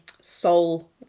soul